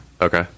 Okay